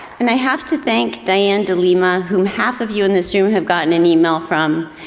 and i have to thank dianne delima whom half of you in this room have gotten an email from.